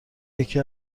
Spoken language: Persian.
یکی